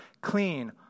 clean